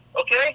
Okay